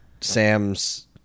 Sam's